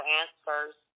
answers